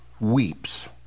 weeps